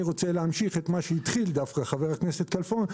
ואני רוצה להמשיך את מה שהתחיל דווקא חבר הכנסת כלפון,